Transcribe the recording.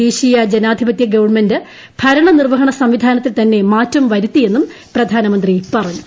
ദേശീയ ജനാധിപത്യ ഗവൺമെന്റ് ഭരണനിർവ്വഹണ സംവിധാനത്തിൽ തന്നെ മാറ്റം വരുത്തിയെന്നും പ്രക്ടാന്മുന്ത്രി പറഞ്ഞു